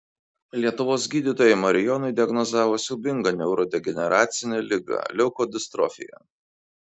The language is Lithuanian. lietuvos gydytojai marijonui diagnozavo siaubingą neurodegeneracinę ligą leukodistrofija